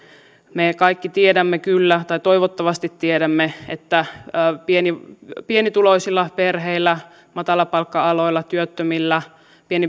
me kaikki tiedämme kyllä tai toivottavasti tiedämme että pienituloisilla perheillä matalapalkka aloilla työttömillä